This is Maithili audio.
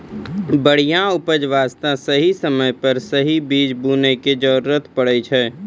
बढ़िया उपज वास्तॅ सही समय पर सही बीज बूनै के जरूरत पड़ै छै